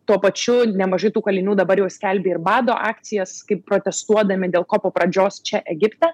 tuo pačiu nemažai tų kalinių dabar jau skelbia ir bado akcijas kaip protestuodami dėl kopo pradžios čia egipte